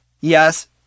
Yes